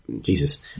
Jesus